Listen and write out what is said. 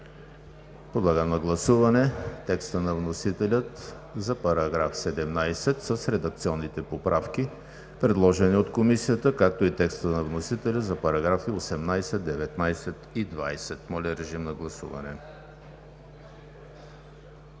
Подлагам на гласуване текста на вносителя за § 17 с редакционните поправки, предложени от Комисията, както и текста на вносителя за параграфи 18, 19 и 20. Гласували